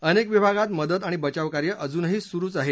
अनेक विभागांत मदत आणि बचावकार्य अजूनही सुरुच आहे